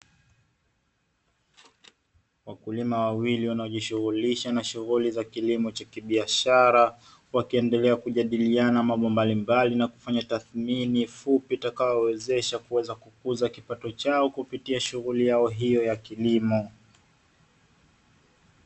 wakulima wawili wanaojishughulisha na shughuli za kilimo cha kibiashara, wakiendelea kujadiliana mambo mbalimbali na kufanya tathmini fupi itakayo wawezesha kuweza kukuza kipato cha kupitia shughuli hiyo ya kilimo.